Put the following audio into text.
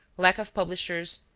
lack of publishers,